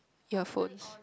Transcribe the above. earphones